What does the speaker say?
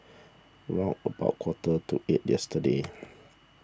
round about quarter to eight yesterday